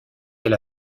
elle